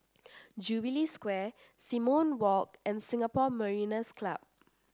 Jubilee Square Simon Walk and Singapore Mariners' Club